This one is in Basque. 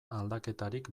aldaketarik